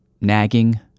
nagging